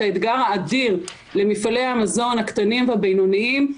האתגר האדיר למפעלי המזון הקטנים והבינוניים.